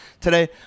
today